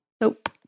Nope